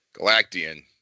Galactian